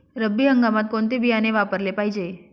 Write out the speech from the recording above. रब्बी हंगामात कोणते बियाणे वापरले पाहिजे?